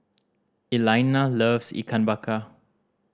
Elaina loves Ikan Bakar